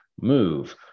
move